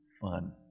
fun